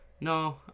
No